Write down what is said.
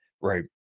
right